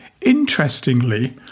Interestingly